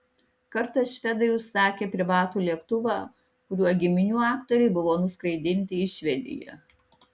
kartą švedai užsakė privatų lėktuvą kuriuo giminių aktoriai buvo nuskraidinti į švediją